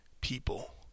people